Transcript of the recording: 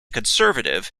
conservative